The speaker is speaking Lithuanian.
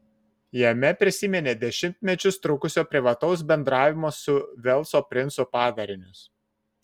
jame prisiminė dešimtmečius trukusio privataus bendravimo su velso princu padarinius